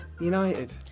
United